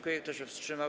Kto się wstrzymał?